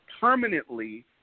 permanently